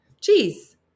Cheese